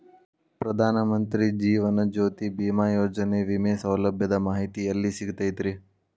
ಪ್ರಧಾನ ಮಂತ್ರಿ ಜೇವನ ಜ್ಯೋತಿ ಭೇಮಾಯೋಜನೆ ವಿಮೆ ಸೌಲಭ್ಯದ ಮಾಹಿತಿ ಎಲ್ಲಿ ಸಿಗತೈತ್ರಿ?